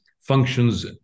functions